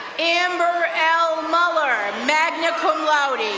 amber l. muller, magna cum laude.